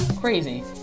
crazy